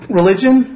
religion